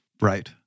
Right